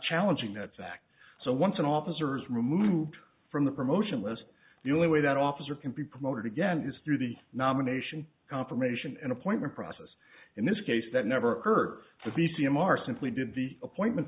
challenging that fact so once an officers removed from the promotion list the only way that officer can be promoted again is through the nomination confirmation and appointment process in this case that never occurred to b c m are simply did the appointment